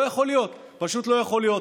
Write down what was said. לא יכול להיות, פשוט לא יכול להיות.